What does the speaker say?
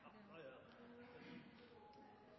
ha